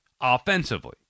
offensively